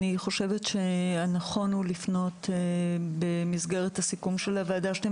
אני חושבת שהנכון הוא לפנות במסגרת הסיכום של הוועדה שאתם